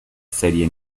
serie